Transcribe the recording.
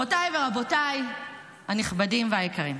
גבירותיי ורבותיי הנכבדים והיקרים,